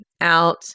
out